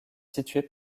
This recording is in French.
situé